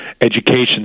education